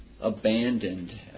abandoned